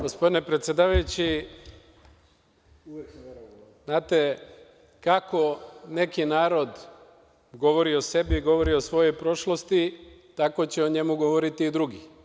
Gospodine predsedavajući, znate, kako neki narod govori o sebi, govori o svojoj prošlosti, tako će o njemu govoriti i drugi.